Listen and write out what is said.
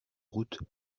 route